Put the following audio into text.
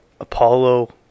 Apollo